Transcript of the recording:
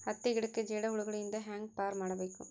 ಹತ್ತಿ ಗಿಡಕ್ಕೆ ಜೇಡ ಹುಳಗಳು ಇಂದ ಹ್ಯಾಂಗ್ ಪಾರ್ ಮಾಡಬೇಕು?